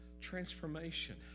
transformation